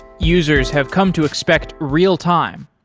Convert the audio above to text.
users have come to expect real-time.